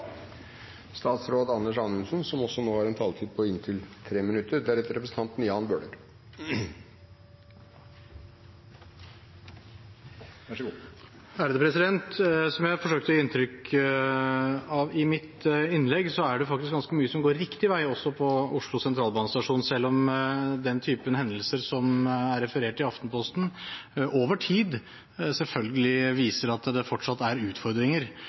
Som jeg forsøkte å gi uttrykk for i mitt innlegg, er det faktisk ganske mye som går riktig vei også på Oslo Sentralstasjon, selv om den typen hendelser som er referert i Aftenposten, over tid selvfølgelig viser at det fortsatt er utfordringer.